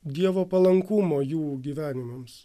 dievo palankumo jų gyvenimams